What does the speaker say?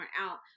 out